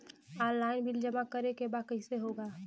Online bill जमा करे के बा कईसे होगा?